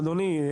אדוני,